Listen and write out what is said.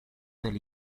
del